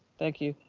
thank you,